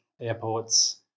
airports